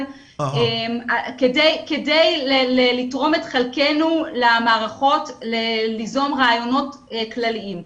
כדי לתרום את חלקנו למערכות ליזום רעיונות כלליים.